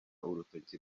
urutoki